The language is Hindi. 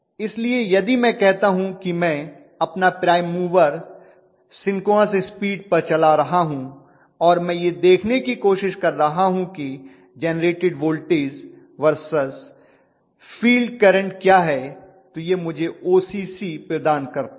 इसलिए यदि मैं कहता हूं कि मैं अपना प्राइम मूवर सिंक्रोनस स्पीड पर चला रहा हूं और मैं यह देखने की कोशिश कर रहा हूं कि generated voltage versus field current क्या है तो यह मुझे ओसीसी प्रदान करता है